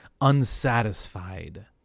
unsatisfied